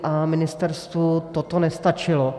A ministerstvu toto nestačilo.